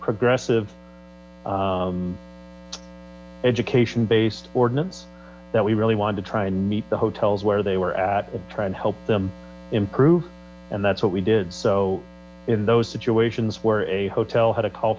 progressive education based ordinance that we really want to try and meet the hotels where they were at and try and help them improve and that's what we did so in those situations where a hotel had a call